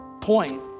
point